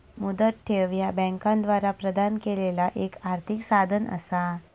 मुदत ठेव ह्या बँकांद्वारा प्रदान केलेला एक आर्थिक साधन असा